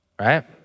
right